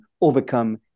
overcome